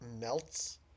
melts